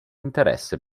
interesse